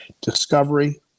Discovery